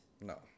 No